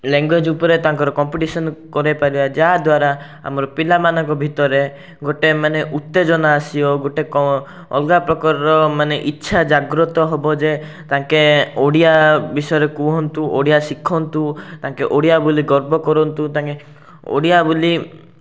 language ଉପରେ ତାଙ୍କର competition କରେଇପାରିବା ଯାହାଦ୍ୱାରା ଆମର ପିଲାମାନଙ୍କ ଭିତରେ ଗୋଟେ ମାନେ ଉତ୍ତେଜନା ଆସିବ ଗୋଟେ ଅଲଗା ପ୍ରକାରର ମାନେ ଇଚ୍ଛା ଜାଗ୍ରତ ହେବ ଯେ ତାଙ୍କେ ଓଡ଼ିଆ ବିଷୟରେ କୁହନ୍ତୁ ଓଡ଼ିଆ ଶିଖନ୍ତୁ ତାଙ୍କେ ଓଡ଼ିଆ ବୋଲି ଗର୍ବ କରନ୍ତୁ ତାଙ୍କେ ଓଡ଼ିଆ ବୋଲି